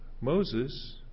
Moses